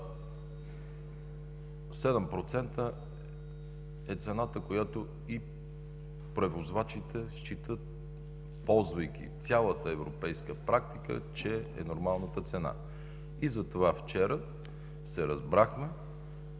е цената, която и превозвачите считат, ползвайки цялата европейска практика, че е нормалната цена. И затова вчера се разбрахме